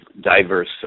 diverse